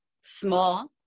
small